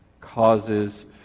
causes